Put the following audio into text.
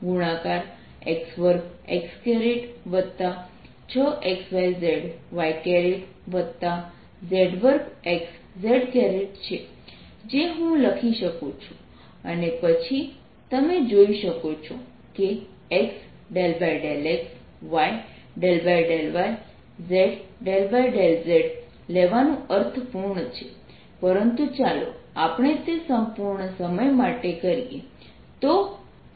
જે હું લખી શકું છું અને પછી તમે જોઈ શકો છો કે x∂x y∂y z∂z લેવાનું અર્થપૂર્ણ છે પરંતુ ચાલો આપણે તે સંપૂર્ણ સમય માટે કરીએ